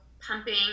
pumping